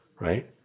right